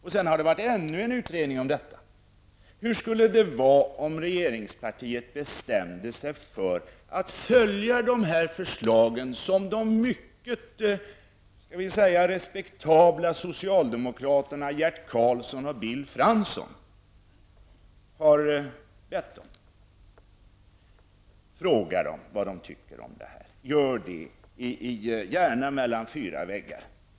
Därefter har det varit ännu en utredning i frågan. Hur skulle det vara om regeringspartiet bestämde sig för att följa de förslag som de mycket respektabla socialdemokraterna Gert Karlsson och Bill Fransson har lagt fram. Fråga dem vad de tycker om detta. Gör det, gärna mellan fyra väggar!